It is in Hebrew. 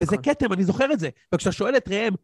איזה כתם, אני זוכר את זה, אבל כשאתה שואל את רעם...